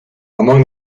among